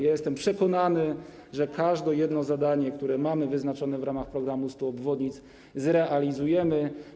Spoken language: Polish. Jestem przekonany, że każde zadanie, które mamy wyznaczone w ramach programu 100 obwodnic, zrealizujemy.